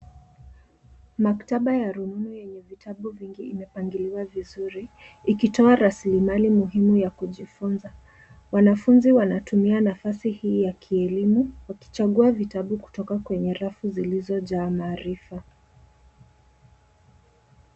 Maktaba ya rununu yenye vitabu vingi imepangiliwa vizuri, ikitoa rasilimali muhimu ya kujifunza. Wanafunzi wanatumia nafasi hii ya kielimu, wakichagua vitabu kutoka kwenye rafu zilizojaa maarifa.